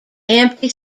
empty